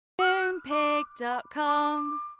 Moonpig.com